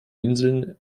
inseln